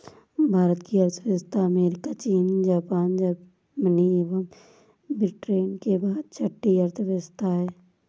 भारत की अर्थव्यवस्था अमेरिका, चीन, जापान, जर्मनी एवं ब्रिटेन के बाद छठी अर्थव्यवस्था है